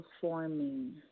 performing